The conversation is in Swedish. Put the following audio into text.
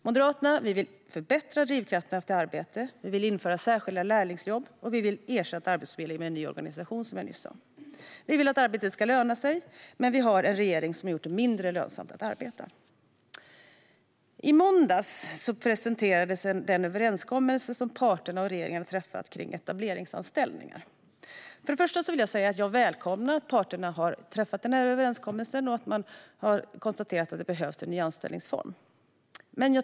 Moderaterna vill förbättra drivkrafterna till arbete, vi vill införa särskilda lärlingsjobb och vi vill ersätta Arbetsförmedlingen med en ny organisation. Vi vill att arbete ska löna sig. Men vi har en regering som har gjort det mindre lönsamt att arbeta. I måndags presenterades den överenskommelse som parterna och regeringen har träffat om etableringsanställningar. Jag välkomnar att parterna har träffat den här överenskommelsen och har konstaterat att en ny anställningsform behövs.